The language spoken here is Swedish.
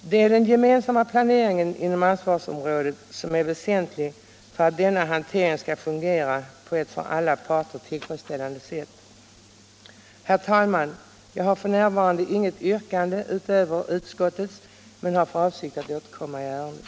Det är den gemensamma planeringen inom ansvarsområdet som är väsentlig för att denna hantering skall fungera på ett för alla parter tillfredsställande sätt. Herr talman! Jag har f.n. inget yrkande utöver utskottets men har för avsikt att återkomma i ärendet.